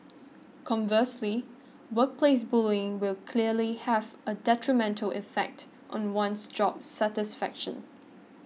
conversely workplace bullying will clearly have a detrimental effect on one's job satisfaction